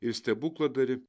ir stebukladarį